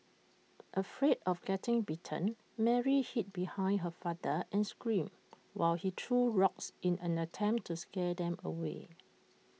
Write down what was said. afraid of getting bitten Mary hid behind her father and screamed while he threw rocks in an attempt to scare them away